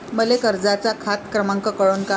मले कर्जाचा खात क्रमांक कळन का?